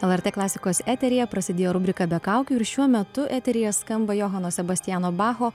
lrt klasikos eteryje prasidėjo rubrika be kaukių ir šiuo metu eteryje skamba johano sebastiano bacho